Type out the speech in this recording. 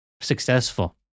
successful